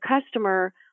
customer